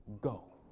go